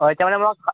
হয় তাৰমানে মই